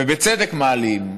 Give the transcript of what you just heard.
ובצדק מעלים,